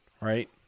right